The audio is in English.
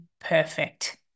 perfect